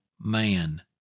man